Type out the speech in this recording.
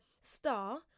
star